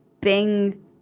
Bing